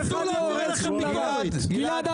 גלעד,